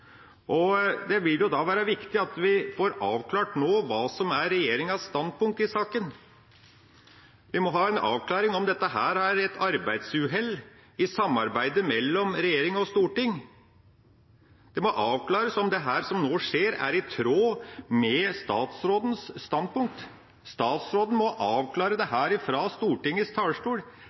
og interessant. Det vil da være viktig at vi får avklart nå hva som er regjeringas standpunkt i saken. Vi må ha en avklaring av om dette er et arbeidsuhell i samarbeidet mellom regjering og storting. Det må avklares om dette som nå skjer, er i tråd med statsrådens standpunkt. Statsråden må avklare dette fra Stortingets talerstol: